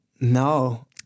No